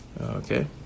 Okay